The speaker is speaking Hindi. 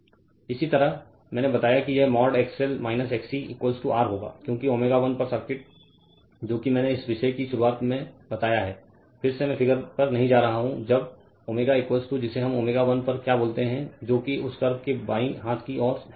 Refer Slide Time 2807 इसी तरह मैंने बताया कि यह मॉड XL XC r होगा क्योंकि ω 1 पर सर्किट जो कि मैने इस विषय की शुरुआत बताया है फिर से मैं फिगर पर नहीं जा रहा हूं जब ω जिसे हम ω 1 पर क्या बोलते है जो कि उस कर्व के बायीं हाथ की ओर है